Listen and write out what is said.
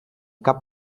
cap